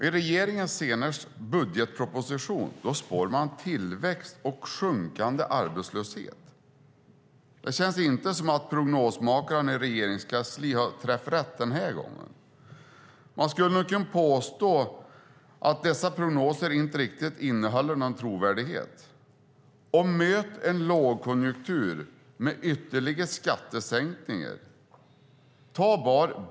I regeringens senaste budgetproposition spår man tillväxt och sjunkande arbetslöshet. Det känns inte som att prognosmakaren i Regeringskansliet har träffat rätt denna gång. Man skulle nog kunna påstå att dessa prognoser inte riktigt har någon trovärdighet. Man möter en lågkonjunktur med ytterligare skattesänkningar.